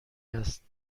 است